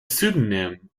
pseudonym